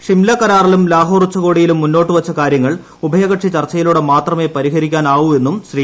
ഷിംല കരാറിലും ലാഹോർ ഉച്ചകോടിയിലും മുന്നോട്ടുവച്ചി കാര്യങ്ങൾ ഉഭയകക്ഷി ചർച്ചയിലൂടെ മാത്രമേ പ്പരിഹരിക്കാനാവൂവെന്നും ശ്രീ